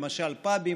למשל פאבים.